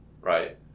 right